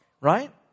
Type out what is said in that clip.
right